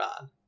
on